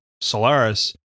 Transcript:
Solaris